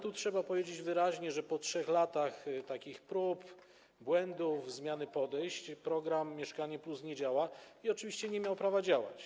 Trzeba powiedzieć wyraźnie, że po 3 latach takich prób, błędów, zmiany podejść program „Mieszkanie+” nie działa i oczywiście nie miał on prawa działać.